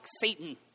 satan